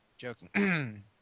Joking